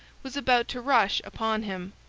was about to rush upon him,